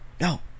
no